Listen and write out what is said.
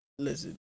Listen